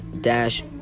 dash